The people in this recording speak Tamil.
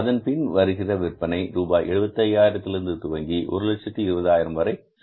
அதன்பின் வருகிற விற்பனை ரூபாய் 75000 இருந்து துவங்கி 120000 வரை செல்கிறது